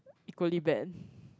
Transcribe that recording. equally bad